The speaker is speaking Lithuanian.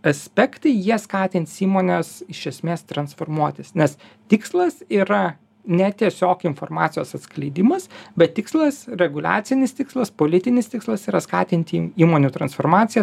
aspektai jie skatins įmones iš esmės transformuotis nes tikslas yra ne tiesiog informacijos atskleidimas bet tikslas reguliacinis tikslas politinis tikslas yra skatinti įmonių transformaciją